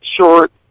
short